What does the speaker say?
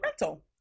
rental